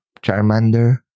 Charmander